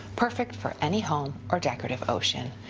perfect for any home or decorative ocean.